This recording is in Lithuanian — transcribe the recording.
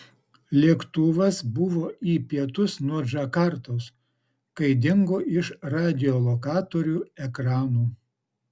lėktuvas buvo į pietus nuo džakartos kai dingo iš radiolokatorių ekranų